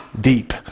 deep